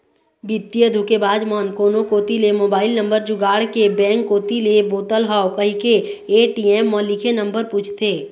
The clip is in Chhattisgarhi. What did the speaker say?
बित्तीय धोखेबाज मन कोनो कोती ले मोबईल नंबर जुगाड़ के बेंक कोती ले बोलत हव कहिके ए.टी.एम म लिखे नंबर पूछथे